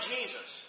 Jesus